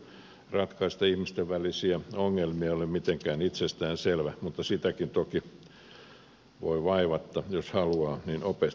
ihmisten kyky ratkaista ihmisten välisiä ongelmia ei ole mitenkään itsestäänselvä mutta sitäkin toki voi vaivatta jos haluaa opiskella